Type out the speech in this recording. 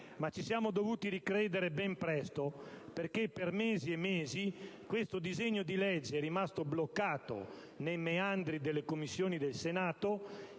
Ma ci siamo dovuti ricredere ben presto, perché per mesi e mesi questo disegno di legge è rimasto bloccato nei meandri delle Commissioni del Senato,